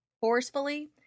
forcefully